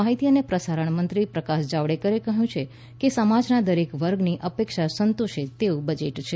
માહિતી અને પ્રસારણ મંત્રી પ્રકાશ જાવડેકરે કહ્યું છે કે સમાજના દરેક વર્ગની અપેક્ષા સંતોષે તેવું બજેટ છે